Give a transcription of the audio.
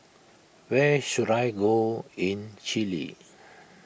where should I go in Chile